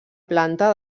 planta